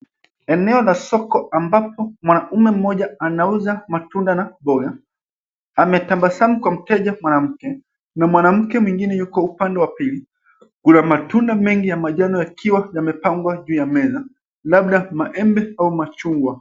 Eneo la soko ambapo mwanamme mmoja anauza matunda na mboga. Ametabasamu kwa mteja mwanamke na mwanamke mwingine yuko upende wa pili. Kuna matunda mengi ya manjano yakiwa yamepangwa juu ya meza labda maembe au machungwa.